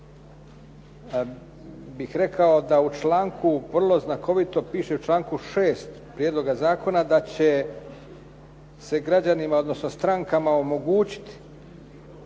bih rekao da u članku vrlo znakovito piše, u članku 6. prijedloga zakona, da će se građanima odnosno